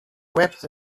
wept